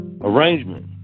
arrangement